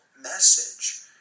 message